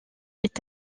est